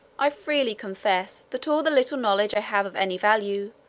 i freely confess, that all the little knowledge i have of any value,